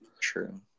True